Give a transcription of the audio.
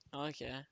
okay